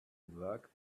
work